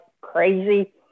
crazy